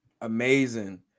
Amazing